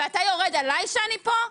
ואתה יורד עליי שאני פה?